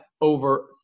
over